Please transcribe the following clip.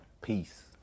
Peace